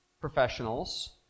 professionals